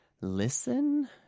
listen